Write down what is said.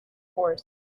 horse